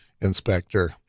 inspector